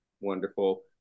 wonderful